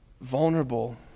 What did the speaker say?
vulnerable